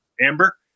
Amber